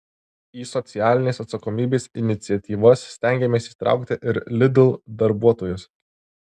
į socialinės atsakomybės iniciatyvas stengiamės įtraukti ir lidl darbuotojus